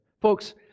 Folks